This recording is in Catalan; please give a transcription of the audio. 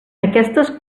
aquestes